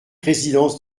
résidence